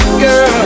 girl